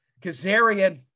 Kazarian